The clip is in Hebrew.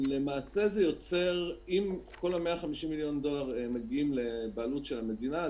אם כל ה-150 מיליון דולר מגיעים לבעלות של המדינה,